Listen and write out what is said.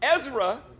Ezra